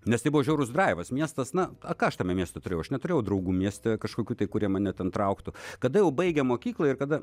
nes tai buvo žiaurus draivas miestas na ką aš tame mieste turėjau aš neturėjau draugų mieste kažkokių tai kurie mane ten trauktų kada jau baigėm mokyklą ir kada